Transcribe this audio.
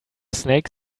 snake